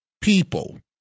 people